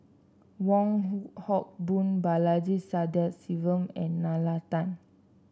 Wong Hock Boon Balaji Sadasivan and Nalla Tan